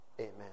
amen